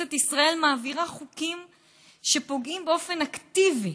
כנסת ישראל מעבירה חוקים שפוגעים באופן אקטיבי